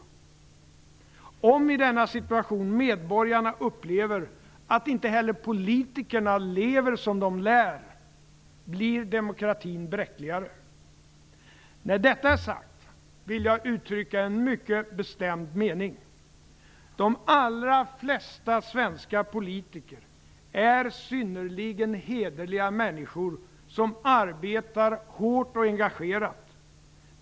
Om medborgarna i denna situation upplever att inte heller politikerna lever som de lär blir demokratin bräckligare. När detta är sagt vill jag uttrycka en mycket bestämd mening. De allra flesta svenska politiker är synnerligen hederliga människor som arbetar hårt och engagerat.